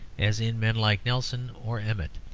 as in men like nelson or emmet,